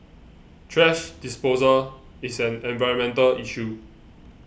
thrash disposal is an environmental issue